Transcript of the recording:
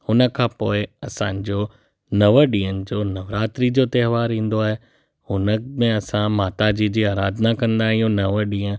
हुन खां पोइ असांजो नव ॾींहनि जो नवरात्री जो त्योहार ईंदो आहे हुन में असां माता जी जी अराधना कंदा आहियूं नव ॾींहं